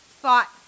Thought